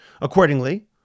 Accordingly